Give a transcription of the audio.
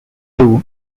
two